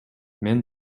мен